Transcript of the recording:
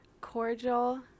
cordial